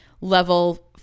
level